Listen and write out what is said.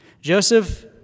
Joseph